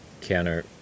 counter